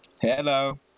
Hello